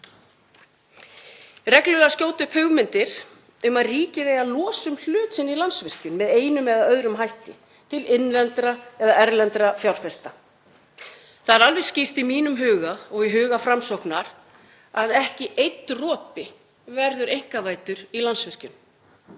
Reglulega skjóta upp kollinum hugmyndir um að ríkið eigi að losa um hlut sinn í Landsvirkjun með einum eða öðrum hætti til innlendra eða erlendra fjárfesta. Það er alveg skýrt í mínum huga og í huga Framsóknar að ekki einn dropi verður einkavæddur í Landsvirkjun.